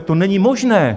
To není možné!